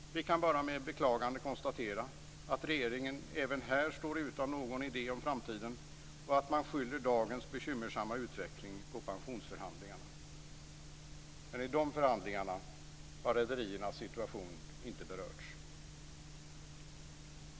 Vi kan bara med beklagande konstatera att regeringen även här står utan någon idé om framtiden och att man skyller dagens bekymmersamma utveckling på pensionsförhandlingarna. Men i de förhandlingarna har rederiernas situation inte berörts.